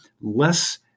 less